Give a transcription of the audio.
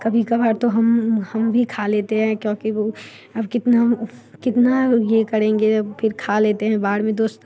कभी कभार तो हम हम भी खा लेते हैं क्योंकि वो अब कितना कितना ये करेंगे फिर खा लेते हैं बाद में दोस्त